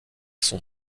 son